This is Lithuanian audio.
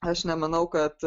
aš nemanau kad